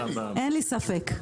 אין לי ספק.